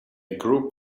group